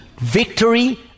Victory